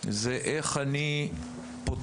היא איך אני "פוטר"